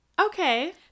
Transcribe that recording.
Okay